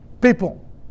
People